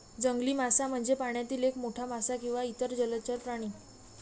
जंगली मासा म्हणजे पाण्यातील एक मोठा मासा किंवा इतर जलचर प्राणी